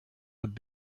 would